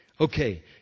Okay